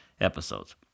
episodes